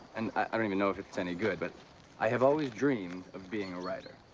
and i don't even know if it's any good, but i have always dreamed of being a writer.